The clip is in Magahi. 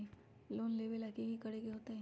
लोन लेबे ला की कि करे के होतई?